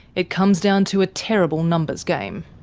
it comes down to a terrible numbers game.